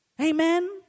Amen